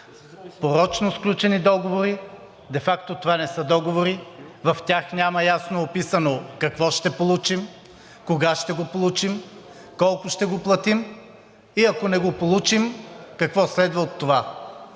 Порочно сключени договори. Де факто това не са договори. В тях няма ясно описано какво ще получим, кога ще го получим, колко ще го платим и ако не го получим, какво следва от това?